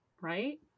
right